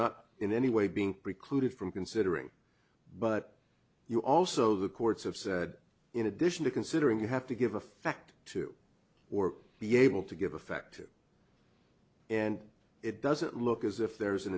not in any way being precluded from considering but you also the courts have said in addition to considering you have to give effect to or be able to give a fact and it doesn't look as if there's an